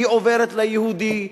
היא עוברת ליהודי,